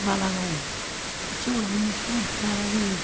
बालागाव खाथियाव लाङो बेहाय हायाबा जों